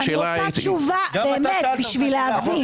אני רוצה תשובה באמת בשביל להבין,